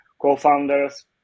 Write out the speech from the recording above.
co-founders